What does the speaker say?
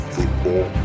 Football